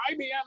ibm